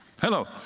Hello